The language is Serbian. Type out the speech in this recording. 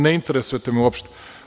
Ne interesujete me uopšte.